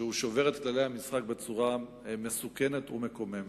ששובר את כללי המשחק בצורה מסוכנת ומקוממת,